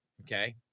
Okay